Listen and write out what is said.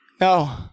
No